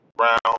round